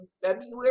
February